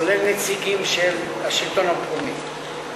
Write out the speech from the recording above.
כולל נציגים של השלטון המקומי.